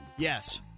Yes